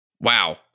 Wow